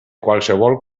qualsevol